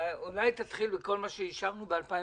אולי תתחיל בכל מה שאישרנו ב-2017.